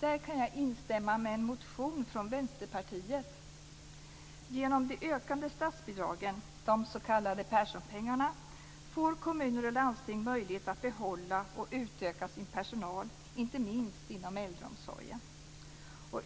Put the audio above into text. Där kan jag instämma med en motion från Vänsterpartiet. Genom det ökande statsbidragen, de s.k. Perssonpengarna, får kommuner och landsting möjlighet att behålla och utöka sin personal, inte minst inom äldreomsorgen.